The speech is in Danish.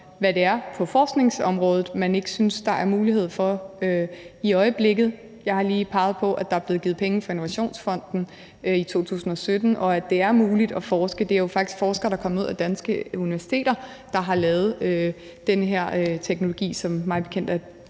hvad det er på forskningsområdet, man ikke synes der er mulighed for i øjeblikket. Jeg har lige peget på, at der er blevet givet penge fra Innovationsfonden i 2017, og at det er muligt at forske. Det er faktisk forskere, der er kommet ud af danske universiteter, der har lavet den her teknologi, som den